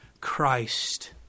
Christ